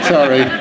Sorry